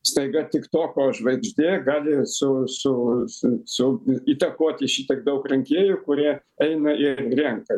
staiga tiktoko žvaigždė gali su su su su įtakoti šitiek daug rinkėjų kurie eina ir renka